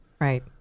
Right